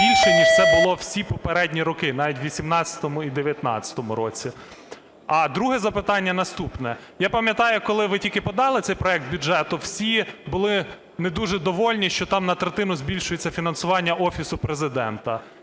більше ніж це було всі попередні роки, навіть в 18-му і в 19-му році? А друге запитання наступне. Я пам'ятаю, коли ви тільки подали цей проект бюджету, всі були не дуже довольні, що там на третину збільшується фінансування Офісу Президента,